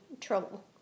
trouble